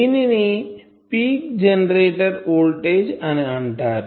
దీనిని peak generator voltage అని అంటారు